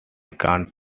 can’t